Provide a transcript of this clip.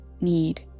need